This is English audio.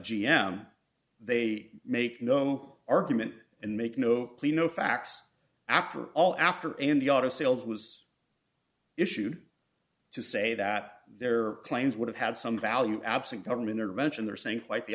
m they make no argument and make no plea no facts after all after and the auto sales was issued to say that their claims would have had some value absent government intervention they're saying quite the